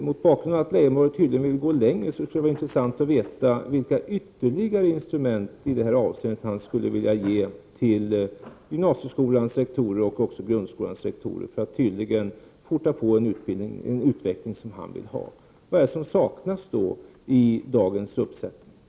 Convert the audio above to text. Mot bakgrund av att Lars Leijonborg tydligen vill gå längre, skulle det vara intressant att få veta vilka ytterligare instrument han skulle vilja ge till gymnasieskolans rektorer och även grundskolans rektorer i det här avseendet för att skynda på den utveckling han vill ha. Vilka instrument saknas i dagens uppsättning?